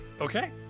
Okay